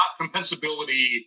compensability